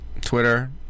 Twitter